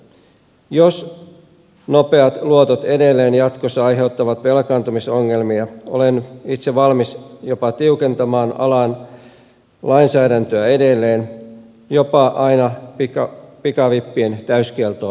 jos nopeat luotot edelleen jatkossa aiheuttavat velkaantumisongelmia olen itse valmis jopa tiukentamaan alan lainsäädäntöä edelleen jopa aina pikavippien täyskieltoon asti